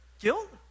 guilt